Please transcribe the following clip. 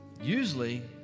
Usually